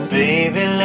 baby